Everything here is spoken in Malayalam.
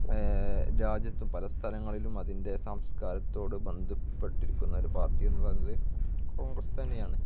രാജ്യത്തും പല സ്ഥലങ്ങളിലും അതിൻ്റെ സംസ്കാരത്തോടും ബന്ധപ്പെട്ടിരിക്കുന്നൊരു പാർട്ടി എന്ന് പറയുന്നത് കോൺഗ്രസ്സ് തന്നെയാണ്